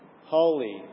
holy